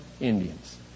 Indians